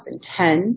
2010